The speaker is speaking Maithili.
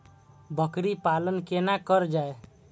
बकरी पालन केना कर जाय?